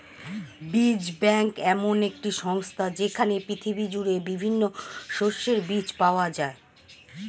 বীজ ব্যাংক এমন একটি সংস্থা যেইখানে পৃথিবী জুড়ে বিভিন্ন শস্যের বীজ পাওয়া যায়